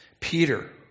Peter